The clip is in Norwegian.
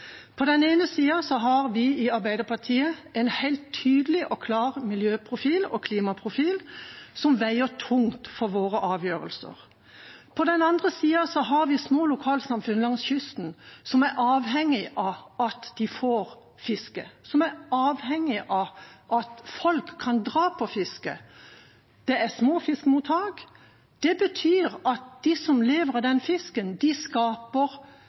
På den ene sida har vi i Arbeiderpartiet en helt tydelig og klar miljøprofil og klimaprofil som veier tungt for våre avgjørelser. På den andre sida har vi små lokalsamfunn langs kysten som er avhengige av at de får fiske, som er avhengige av at folk kan dra på fiske. Det er små fiskemottak. Det betyr at de som lever av den fisken, skaper grunnlag for skole der folk bor, de skaper